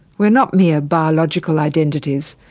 we are not mere biological identities,